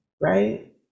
right